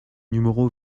numéro